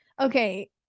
okay